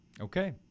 Okay